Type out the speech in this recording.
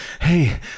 hey